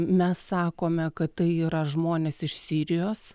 mes sakome kad tai yra žmonės iš sirijos